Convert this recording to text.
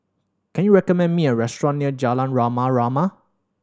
can you recommend me a restaurant near Jalan Rama Rama